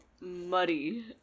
muddy